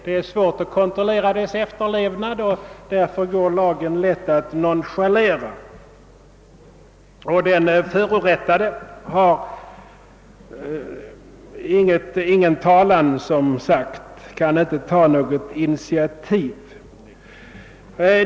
Det är svårt att kontrollera dess efterlevnad och därför går det lätt att nonchalera lagen. Den förorättade har som sagt ingen talan och kan inte ta några initiativ.